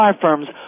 firms